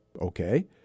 Okay